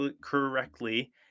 correctly